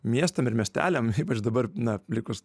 miestam ir miesteliam ypač dabar na likus